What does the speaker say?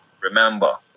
Remember